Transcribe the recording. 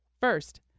First